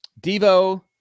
devo